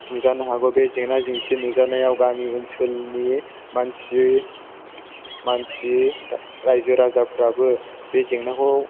नुजानो हागौ बे जेंना जेंसि नुजानायाव गामि ओनसोलनि मानसि रायजो राजाफ्राबो बे जेंनाखौ